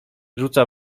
rzuca